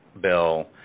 bill